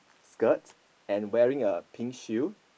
skirt and wearing a pink shoe